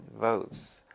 votes